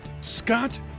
Scott